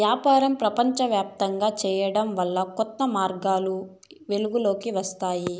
వ్యాపారం ప్రపంచవ్యాప్తంగా చేరడం వల్ల కొత్త మార్గాలు వెలుగులోకి వస్తాయి